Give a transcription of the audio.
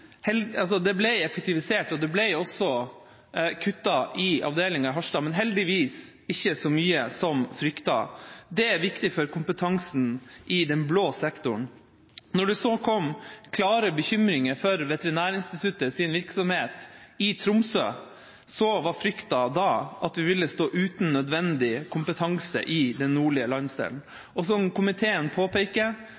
Det ble effektivisert og kuttet i avdelinga i Harstad, men heldigvis ikke så mye som fryktet. Det er viktig for kompetansen i den blå sektoren. Når det så kom klare bekymringer for Veterinærinstituttets virksomhet i Tromsø, var frykten at vi ville stå uten nødvendig kompetanse i den nordlige landsdelen. Og som komiteen påpeker,